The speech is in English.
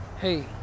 hey